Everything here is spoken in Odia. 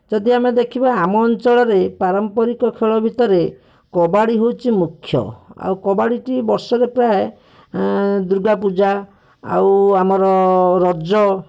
ଯଦି ଆମେ ଦେଖିବା ଆମ ଅଞ୍ଚଳରେ ପାରମ୍ପରିକ ଖେଳ ଭିତରେ କବାଡ଼ି ହେଉଛି ମୁଖ୍ୟ ଆଉ କବାଡ଼ିଟି ବର୍ଷରେ ପ୍ରାୟ ଦୂର୍ଗା ପୂଜା ଆଉ ଆମର ରଜ